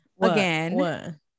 again